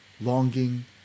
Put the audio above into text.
longing